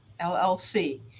LLC